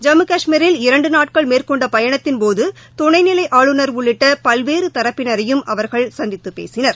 ஜம்மு கஷ்மீரில் இரண்டு நாட்கள் மேற்கொண்ட பயணத்தின் போது துணைநிலை ஆளுநர் உள்ளிட்ட பல்வேறு தரப்பினரையும் அவர்கள் சந்தித்து பேசினர்